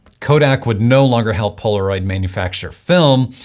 kodak would no longer help polaroid manufacture film,